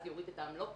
מה שיוריד את העמלות?